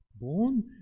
born